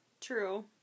True